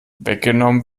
weggenommen